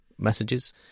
messages